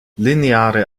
lineare